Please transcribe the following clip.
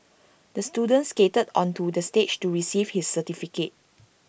the student skated onto the stage to receive his certificate